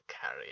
carry